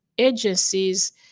agencies